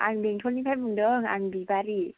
आं बेंथलनिफ्राय बुंदों आं बिबारि